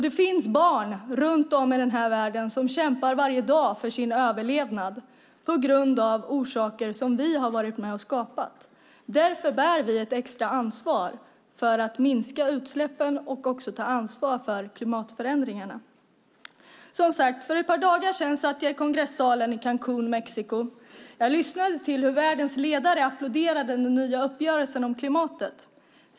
Det finns barn runt om i världen som kämpar varje dag för sin överlevnad av orsaker som vi har varit med och skapat. Därför bär vi ett extra ansvar för att minska utsläppen. Vi bär också ett ansvar för klimatförändringarna. För ett par dagar satt jag i kongressalen i Cancún i Mexiko. Jag lyssnade till hur världens ledare applåderade den nya uppgörelsen om klimatet.